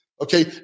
Okay